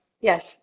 Yes